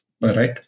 right